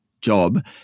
job